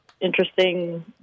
interesting